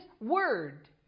word